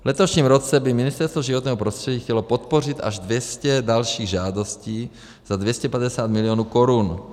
V letošním roce by Ministerstvo životního prostředí chtělo podpořit až 200 dalších žádostí za 250 milionů korun.